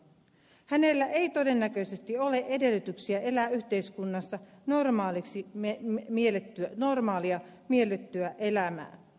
hänellä ei todennäköisesti ole edellytyksiä elää yhteiskunnassa normaaliksi miellettyä elämää